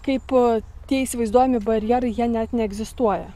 kaip tie įsivaizduojami barjerai jie net neegzistuoja